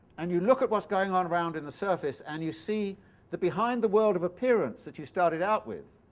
and you look at what's going on around in the surface and you see that behind the world of appearance that you started out with